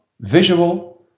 visual